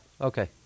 okay